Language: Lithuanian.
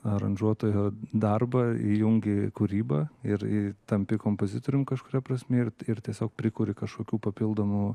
aranžuotojo darbą įjungi kūrybą ir tampi kompozitorium kažkuria prasme ir ir tiesiog prikuri kažkokių papildomų